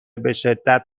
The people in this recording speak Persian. بشدت